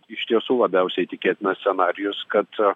iš tiesų labiausiai tikėtinas scenarijus kad